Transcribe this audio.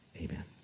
amen